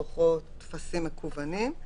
דוחות וטפסים מקוונים.